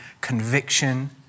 Conviction